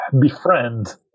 befriend